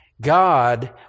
God